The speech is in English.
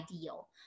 ideal